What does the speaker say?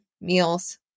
meals